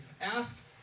ask